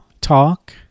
talk